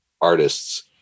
artists